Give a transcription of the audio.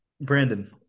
Brandon